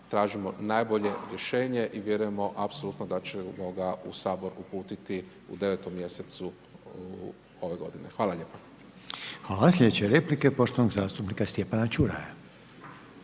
tražimo najbolje rješenje i vjerujemo apsolutno da ćemo ga u Sabor uputiti u 9.mj. ove g. Hvala lijepo. **Reiner, Željko (HDZ)** Hvala. Sljedeća replika, poštovanog zastupnika Stjepana Čuraja.